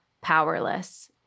powerless